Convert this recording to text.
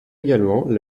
également